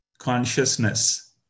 Consciousness